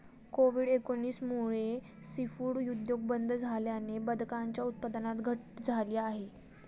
Covid एकोणीस मुळे seafood उद्योग बंद झाल्याने बदकांच्या उत्पादनात घट झाली आहे